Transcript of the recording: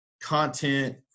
content